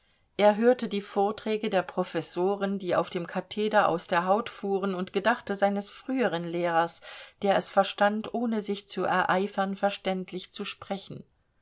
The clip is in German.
er hörte die vorträge der professoren die auf dem katheder aus der haut fuhren und gedachte seines früheren lehrers der es verstand ohne sich zu ereifern verständlich zu sprechen